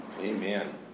Amen